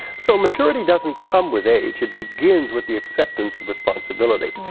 so maturity doesn't come with age. it begins with the acceptance of responsibility.